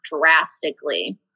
drastically